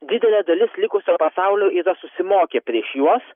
didelė dalis likusio pasaulio yra susimokę prieš juos